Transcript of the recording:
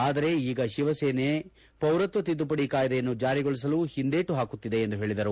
ಆದರೆ ಈಗ ಶಿವಸೇನೆ ಪೌರತ್ವ ತಿದ್ದುಪಡಿ ಕಾಯ್ದೆಯನ್ನು ಜಾರಿಗೊಳಿಸಲು ಹಿಂದೇಟು ಹಾಕುತ್ತಿದೆ ಎಂದು ಹೇಳಿದರು